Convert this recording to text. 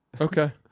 Okay